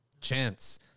Chance